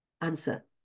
answer